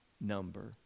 number